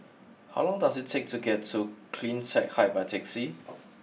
how long does it take to get to Cleantech Height by taxi